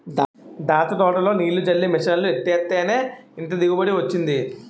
దాచ్చ తోటలో నీల్లు జల్లే మిసన్లు ఎట్టేత్తేనే ఇంత దిగుబడి వొచ్చింది